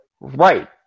Right